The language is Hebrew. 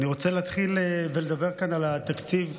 אני רוצה להתחיל ולדבר כאן על התקציב.